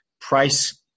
price